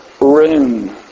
room